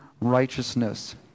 righteousness